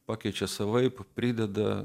pakeičia savaip prideda